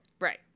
Right